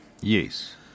Yes